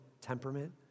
temperament